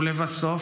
ולבסוף,